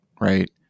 Right